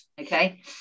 Okay